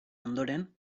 ondoren